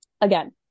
again